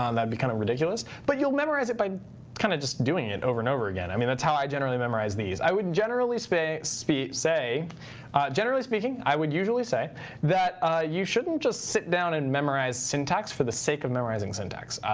um that'd be kind of ridiculous. but you'll memorize it by kind of just doing it over and over again. i mean, that's how i generally memorize these. i would and generally say, generally speaking, i would usually say that you shouldn't just sit down and memorize syntax for the sake of memorizing syntax.